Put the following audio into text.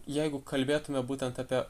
jeigu kalbėtume būtent apie